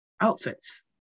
outfits